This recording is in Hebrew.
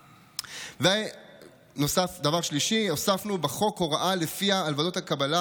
3. הוספנו בחוק הוראה שלפיה על ועדות הקבלה